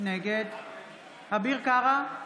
נגד אביר קארה,